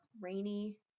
rainy